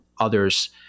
others